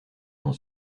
dans